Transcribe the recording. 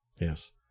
yes